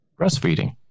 breastfeeding